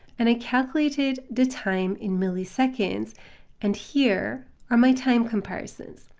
and i calculated the time in milliseconds and here are my time comparisons.